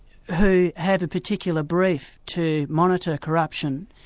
who have a particular brief to monitor corruption,